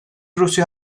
rusya